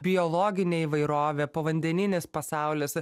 biologinė įvairovė povandeninis pasaulis